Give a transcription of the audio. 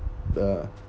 uh